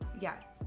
yes